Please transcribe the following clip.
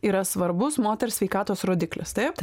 yra svarbus moters sveikatos rodiklis taip